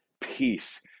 peace